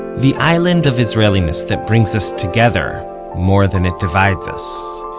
the island of israeliness that brings us together more than it divides us